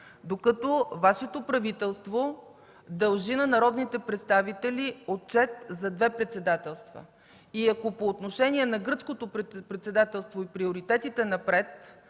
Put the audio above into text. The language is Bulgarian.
докато Вашето правителство дължи на народните представители отчет за две председателства. И ако по отношение на гръцкото председателство и приоритетите напред